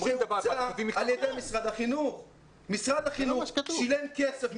משרד החינוך שילם כסף,